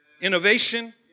innovation